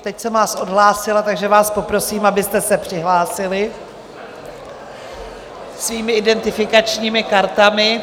Teď jsem vás odhlásila, takže vás poprosím, abyste se přihlásili svými identifikačními kartami.